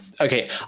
Okay